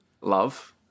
love